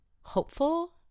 hopeful